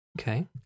Okay